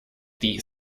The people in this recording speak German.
die